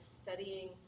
studying